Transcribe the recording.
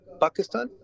Pakistan